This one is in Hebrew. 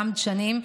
גם דשנים,